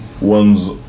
ones